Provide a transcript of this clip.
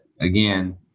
again